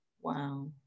Wow